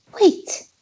Wait